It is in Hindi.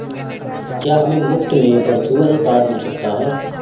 क्या हमें मुफ़्त में वर्चुअल कार्ड मिल सकता है?